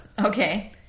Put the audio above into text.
Okay